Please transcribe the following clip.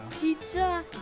Pizza